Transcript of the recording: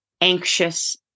anxious